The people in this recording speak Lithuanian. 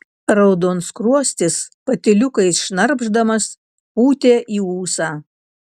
raudonskruostis patyliukais šnarpšdamas pūtė į ūsą